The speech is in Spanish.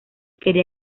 quería